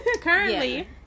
Currently